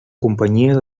companyia